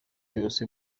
yose